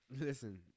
Listen